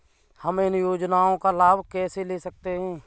हम इन योजनाओं का लाभ कैसे ले सकते हैं?